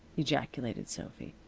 ejaculated sophy.